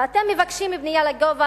ואתם מבקשים בנייה לגובה.